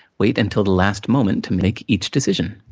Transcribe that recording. wait until the last moment to make each decision.